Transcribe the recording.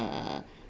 uh